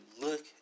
look